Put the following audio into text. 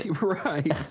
right